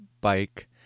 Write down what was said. bike